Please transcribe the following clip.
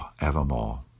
evermore